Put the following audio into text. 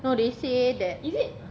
no they say that